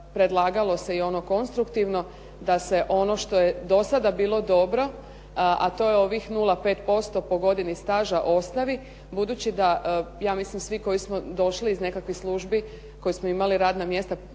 predlagalo se i ono konstruktivno da se ono što je do sada bilo dobro, a to je ovih 0,5% po godini staža ostavi budući da, ja mislim svi koji smo došli iz nekakvih službi, koji smo imali radna mjesta,